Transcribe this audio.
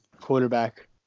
quarterback